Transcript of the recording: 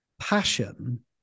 passion